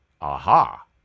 Aha